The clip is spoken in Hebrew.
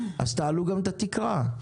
תעלו גם את התקרה.